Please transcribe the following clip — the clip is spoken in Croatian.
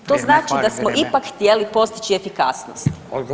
To znači da smo ipak htjeli postići efikasnost.